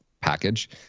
package